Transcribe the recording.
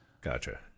Gotcha